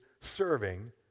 serving